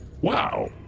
wow